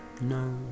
No